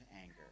anger